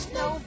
no